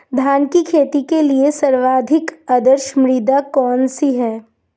धान की खेती के लिए सर्वाधिक आदर्श मृदा कौन सी है?